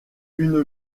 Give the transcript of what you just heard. une